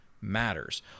matters